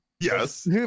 yes